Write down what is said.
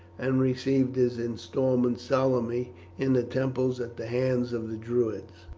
and receive his instalment solemnly in the temple at the hands of the druids.